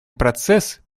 процесс